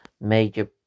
major